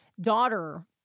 daughter